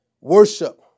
Worship